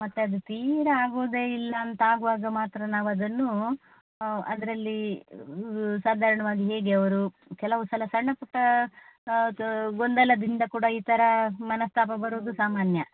ಮತ್ತೆ ಅದು ತೀರಾ ಆಗೋದೇ ಇಲ್ಲ ಅಂತ ಆಗುವಾಗ ಮಾತ್ರ ನಾವು ಅದನ್ನು ಅದರಲ್ಲಿ ಸಾಧಾರಣವಾಗಿ ಹೇಗೆ ಅವರು ಕೆಲವು ಸಲ ಸಣ್ಣ ಪುಟ್ಟ ಅದು ಗೊಂದಲದಿಂದ ಕೂಡ ಈ ಥರ ಮನಸ್ತಾಪ ಬರೋದು ಸಾಮಾನ್ಯ